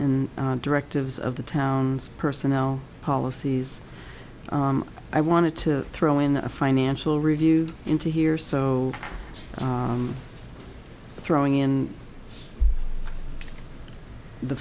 and directives of the town's personnel policies i wanted to throw in a financial review into here so throwing in the